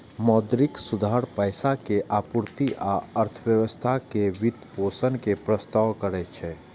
मौद्रिक सुधार पैसा के आपूर्ति आ अर्थव्यवस्था के वित्तपोषण के प्रस्ताव करै छै